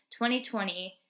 2020